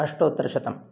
अष्टोत्तरशतं